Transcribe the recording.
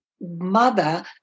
mother